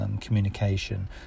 communication